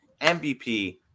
MVP